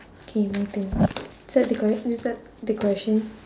K my turn is that the correct is that the question